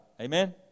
Amen